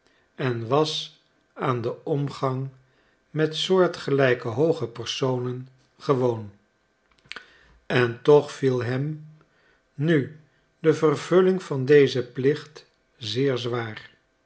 en was aan den omgang met soortgelijke hooge personen gewoon en toch viel hem nu de vervulling van dezen plicht zeer zwaar